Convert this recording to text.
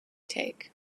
take